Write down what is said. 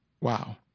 Wow